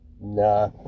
Nah